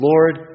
Lord